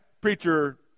preacher